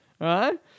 right